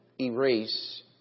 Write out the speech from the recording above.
erase